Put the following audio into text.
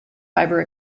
fibre